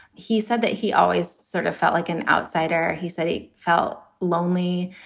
he said that he always sort of felt like an outsider. he said he felt lonely.